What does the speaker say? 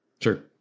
Sure